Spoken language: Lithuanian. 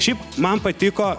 šiaip man patiko